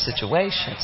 situations